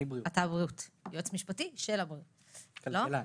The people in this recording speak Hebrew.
אתה הכלכלן